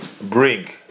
bring